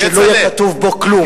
שלא יהיה כתוב בו כלום.